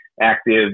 active